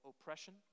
oppression